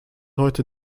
heute